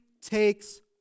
takes